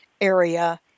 area